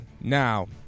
Now